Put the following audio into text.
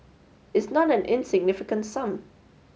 it's not an insignificant sum